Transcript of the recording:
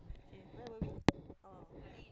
okay where were we oh